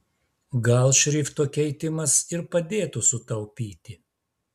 gal šrifto keitimas ir padėtų sutaupyti